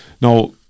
Now